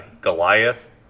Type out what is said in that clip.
Goliath